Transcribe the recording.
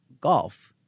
Golf